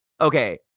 okay